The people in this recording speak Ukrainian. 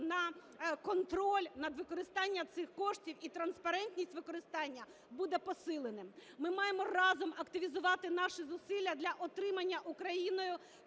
на контроль над використанням цих коштів і транспарентність використання буде посиленим. Ми маємо разом активізувати наші зусилля для отримання Україною